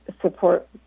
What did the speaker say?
support